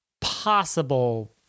possible